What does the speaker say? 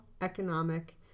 economic